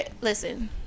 listen